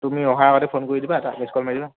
তুমি অহাৰ আগতে ফোন কৰি দিবা এটা মিছ কল মাৰি দিবা